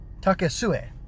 Takesue